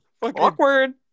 Awkward